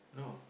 no